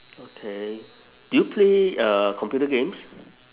okay do you play uh computer games